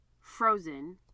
frozen